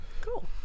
Cool